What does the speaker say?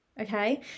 Okay